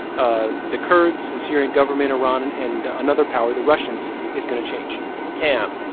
ah the kurds, the syrian government, iran and and another power, the russians, is going to change tam,